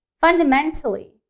Fundamentally